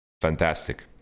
Fantastic